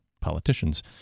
politicians